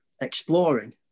exploring